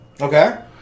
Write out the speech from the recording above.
Okay